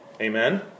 Amen